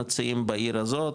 מציעים בעיר הזאת,